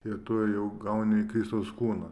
ir tu jau gauni kristaus kūną